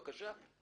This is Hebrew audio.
בבקשה.